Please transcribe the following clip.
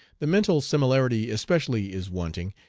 the mental similarity especially is wanting,